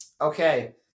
Okay